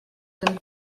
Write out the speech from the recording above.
tym